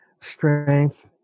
strength